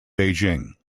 beijing